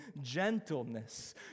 gentleness